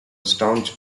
staunch